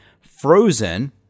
frozen